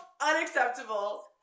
Unacceptable